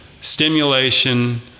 stimulation